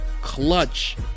clutch